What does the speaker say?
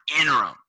interim